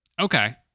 okay